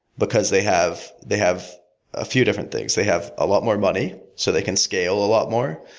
because they have they have a few different things. they have a lot more money, so they can scale a lot more.